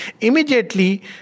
Immediately